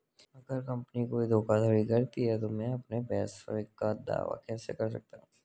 अगर कंपनी कोई धोखाधड़ी करती है तो मैं अपने पैसे का दावा कैसे कर सकता हूं?